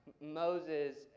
Moses